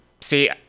See